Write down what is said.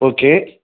okay